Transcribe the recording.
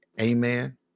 amen